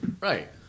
Right